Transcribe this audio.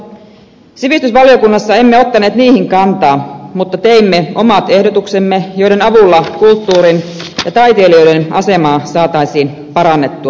sivistysvaliokunnassa emme ottaneet niihin kantaa mutta teimme omat ehdotuksemme joiden avulla kulttuurin ja taiteilijoiden asemaa saataisiin parannettua